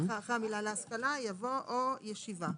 המילה "להשכלה" יבוא "וישיבה".